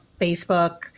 Facebook